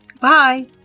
Bye